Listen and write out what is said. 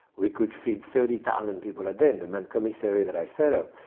we could feed thirty thousand people a day in the main commissary that i set up.